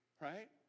Right